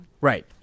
Right